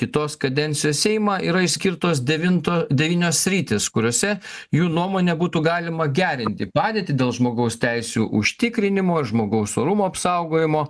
kitos kadencijos seimą yra išskirtos devinto devynos sritys kuriose jų nuomone būtų galima gerinti padėtį dėl žmogaus teisių užtikrinimo žmogaus orumo apsaugojimo